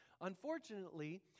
Unfortunately